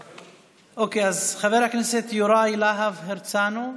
אוקיי, אז חבר הכנסת יואב להב הרצנו.